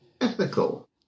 ethical